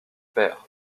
pères